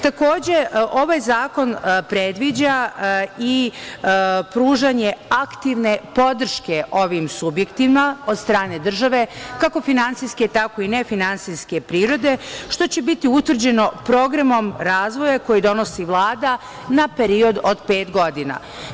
Takođe, ovaj zakon predviđa i pružanje aktivne podrške ovim subjektima od strane države kako finansijske, tako i ne finansijske prirode što će biti utvrđeno programom razvoja koji donosi Vlada na period od pet godina.